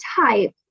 type